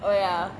oh ya